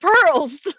pearls